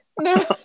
no